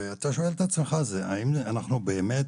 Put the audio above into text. אתה שואל את עצמך, האם אנחנו באמת